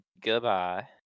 goodbye